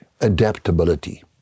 Adaptability